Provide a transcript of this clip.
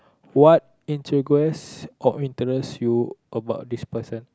what intrigues interest you about this person